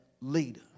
leader